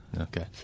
Okay